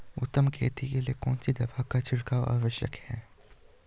उत्तम खेती के लिए कौन सी दवा का छिड़काव आवश्यक है?